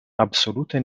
absolute